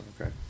Okay